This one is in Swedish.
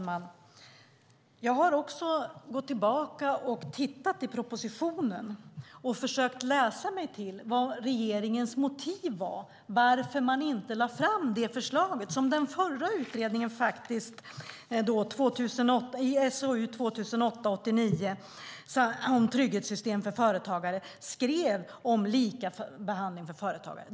Herr talman! Jag har gått tillbaka och i propositionen försökt läsa mig till vad regeringens motiv var till att inte lägga fram det förslag som den förra utredningen i SOU 2008:89 om trygghetssystem för företagare lade fram om likabehandling för företagare.